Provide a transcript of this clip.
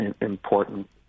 important